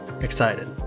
excited